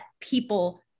people